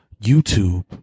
YouTube